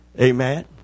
Amen